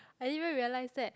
I even realize that